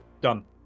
Done